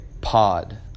pod